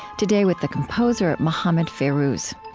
today, with the composer mohammed fairouz.